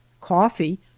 coffee